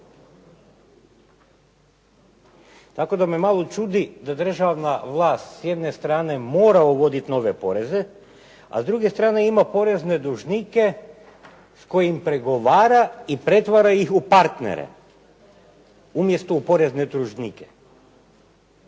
Tako da me malo čudi da državna vlast s jedne strane mora uvoditi nove poreze, a s druge strane ima porezne dužnike s kojim pregovara i pretvara ih u partnere umjesto u porezne dužnike.